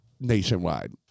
nationwide